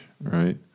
right